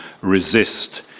resist